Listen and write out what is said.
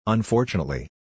Unfortunately